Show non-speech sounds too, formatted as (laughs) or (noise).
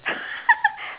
(laughs)